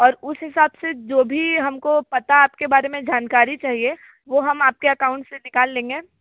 और उस हिसाब से जो भी हमको पता आपके बारे में जानकारी चाहिए वो हम आपके अकाउंट से निकाल लेंगे